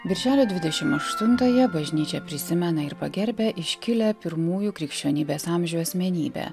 birželio dvidešim aštuntąją bažnyčia prisimena ir pagerbia iškilią pirmųjų krikščionybės amžių asmenybę